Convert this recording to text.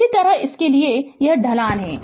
इसी तरह इसके लिए भी यह ढलान है